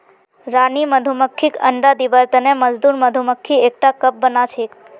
रानी मधुमक्खीक अंडा दिबार तने मजदूर मधुमक्खी एकटा कप बनाछेक